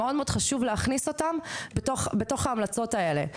שמאוד מאוד חשוב להכניס אותם בהמלצות האלה.